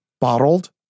bottled